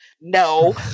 No